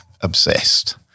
obsessed